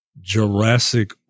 jurassic